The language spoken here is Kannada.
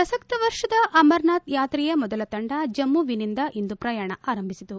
ಪ್ರಸಕ್ತ ವರ್ಷದ ಅಮರನಾಥ್ ಯಾತ್ರೆಯ ಮೊದಲ ತಂಡ ಜಮ್ಮುವಿನಿಂದ ಇಂದು ಪ್ರಯಾಣ ಆರಂಭಿಸಿತು